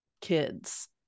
kids